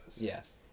yes